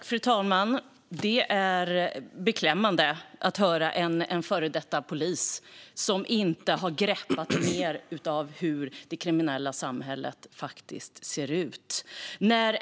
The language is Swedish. Fru talman! Det är beklämmande att höra att en före detta polis inte har greppat mer av hur det kriminella samhället ser ut.